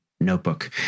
notebook